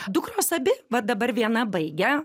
dukros abi va dabar viena baigia